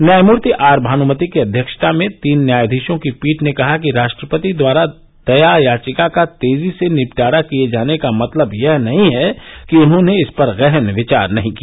न्यायमूर्ति आर भानुमति की अध्यक्षता में तीन न्यायाधीशों की पीठ ने कहा कि राष्ट्रपति द्वारा दया याचिका का तेजी से निपटारा किये जाने का मतलब यह नहीं है कि उन्होंने इस पर गहन विचार नहीं किया